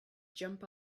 jump